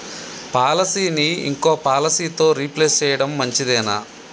పాలసీని ఇంకో పాలసీతో రీప్లేస్ చేయడం మంచిదేనా?